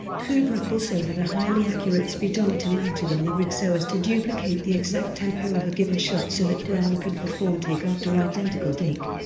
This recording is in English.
kubrick also had a highly accurate speedometer mounted on the rig so as to duplicate the exact tempo of a given shot so that brown could perform take after identical take.